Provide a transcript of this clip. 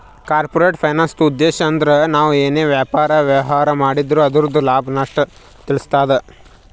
corporate ಫೈನಾನ್ಸ್ದುಉದ್ಧೇಶ್ ಅಂದ್ರ ನಾವ್ ಏನೇ ವ್ಯಾಪಾರ, ವ್ಯವಹಾರ್ ಮಾಡಿದ್ರು ಅದುರ್ದು ಎಲ್ಲಾ ಲಾಭ, ನಷ್ಟ ತಿಳಸ್ತಾದ